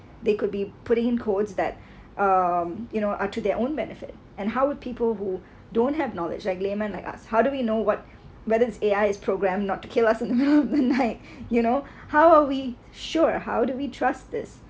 they could be putting it codes that um you know are to their own benefit and how would people who don't have knowledge like lemon like us how do we know what whether it's A_I is programmed not to kill us night like you know how are we sure how do we trust this